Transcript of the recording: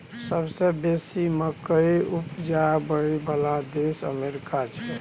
सबसे बेसी मकइ उपजाबइ बला देश अमेरिका छै